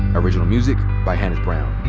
original music by hannis brown.